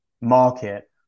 market